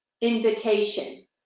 invitation